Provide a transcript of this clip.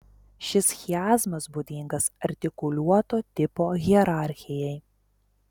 šis chiazmas būdingas artikuliuoto tipo hierarchijai